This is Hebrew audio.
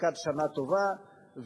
ברכת שנה טובה.